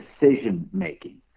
decision-making